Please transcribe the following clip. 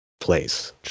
place